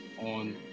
on